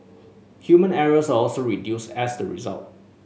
human errors are also reduced as the result